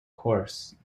course